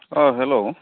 अ hello